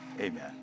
amen